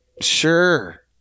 Sure